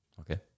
Okay